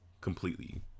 completely